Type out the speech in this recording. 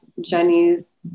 Jenny's